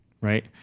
right